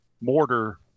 Mortar